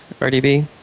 RDB